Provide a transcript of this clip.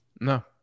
No